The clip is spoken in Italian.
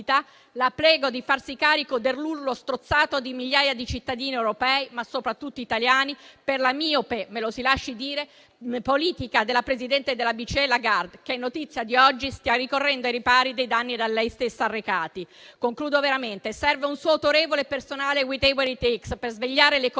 la prego di farsi carico dell'urlo strozzato di migliaia di cittadini europei, ma soprattutto italiani, per la miope - me lo si lasci dire - politica della presidente della BCE Lagarde, che è notizia di oggi stia correndo ai ripari dei danni da lei stessa arrecati. In conclusione, serve veramente un suo autorevole e personale *whatever it takes* per svegliare le coscienze